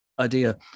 idea